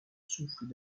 souffles